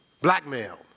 Blackmail